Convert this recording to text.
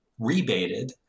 rebated